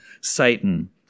Satan